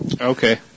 Okay